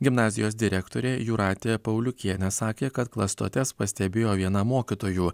gimnazijos direktorė jūratė pauliukienė sakė kad klastotes pastebėjo viena mokytojų